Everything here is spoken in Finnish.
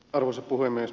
arvoisa puhemies